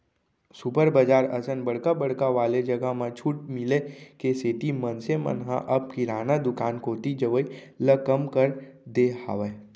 super बजार असन बड़का बड़का वाले जघा म छूट मिले के सेती मनसे मन ह अब किराना दुकान कोती जवई ल कम कर दे हावय